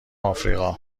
افریقا